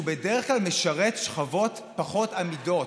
שהוא בדרך כלל משרת שכבות פחות אמידות,